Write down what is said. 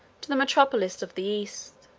to the metropolis of the east.